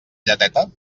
lleteta